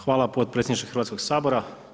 Hvala potpredsjedniče Hrvatskog sabora.